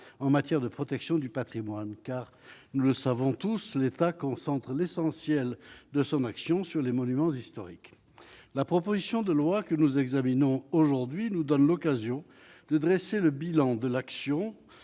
en matière de protection du Patrimoine car nous le savons tous l'État concentre l'essentiel de son action sur les monuments historiques, la proposition de loi que nous examinons aujourd'hui nous donne l'occasion de dresser le bilan de l'action